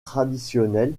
traditionnelle